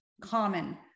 common